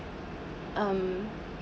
um